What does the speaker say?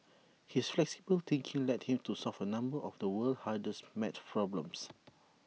his flexible thinking led him to solve A number of the world's hardest math problems